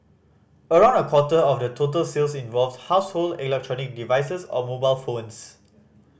around a quarter of the total sales involved household electric devices or mobile phones